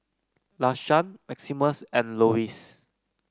Lashawn Maximus and Lewis